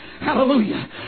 Hallelujah